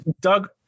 Doug